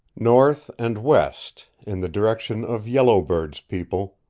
north and west, in the direction of yellow bird's people,